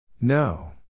No